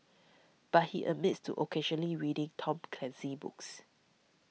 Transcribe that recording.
but he admits to occasionally reading Tom Clancy books